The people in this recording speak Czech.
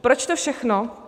Proč to všechno?